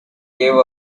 gave